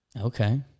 okay